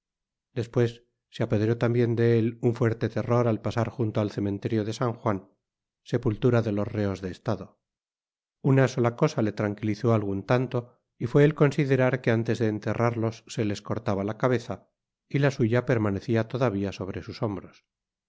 despues se apoderó tambien de él un fuerte terror al pasar junto al cementerio de san juan sepultura de los reos de estado una sola cosa le tranquilizó algun tanto y fué el considerar que antes de enterrarlos se les cortaba la cabeza y la suya permanecia todavia sobre sus hombros